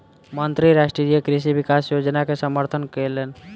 मंत्री राष्ट्रीय कृषि विकास योजना के समर्थन कयलैन